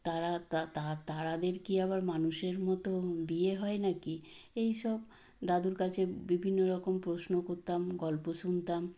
তারা তারাদের কি আবার মানুষের মতো বিয়ে হয় নাকি এইসব দাদুর কাছে বিভিন্ন রকম প্রশ্ন করতাম গল্প শুনতাম